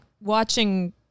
watching-